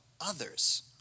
Others